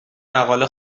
مقاله